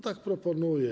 Tak proponuję.